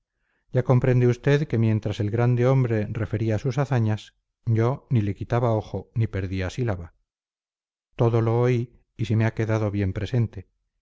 ya comprende usted que mientras el grande hombre refería sus hazañas yo ni le quitaba ojo ni perdía sílaba todo lo oí y se me ha quedado bien presente